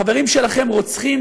החברים שלכם רוצחים,